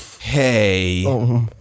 hey